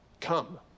Come